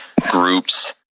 groups